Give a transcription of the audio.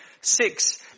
Six